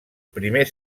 primer